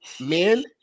men